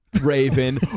Raven